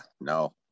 no